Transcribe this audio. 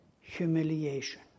humiliation